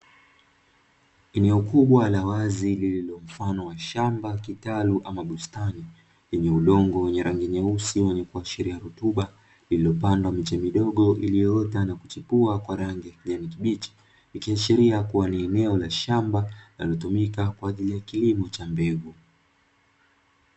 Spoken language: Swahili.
Eneo kubwa la wazi lililo mfano wa shamba, kitalu ama bustani lenye udongo wenye rangi nyeusi wenye kuashiria rutuba, lililopandwa miche midogo iliyoota na kuchipua kwa rangi ya kijani kibichi likiashiria kuwa ni eneo la shamba linalotumika kwa ajili ya kilimo cha mbegu.